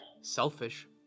selfish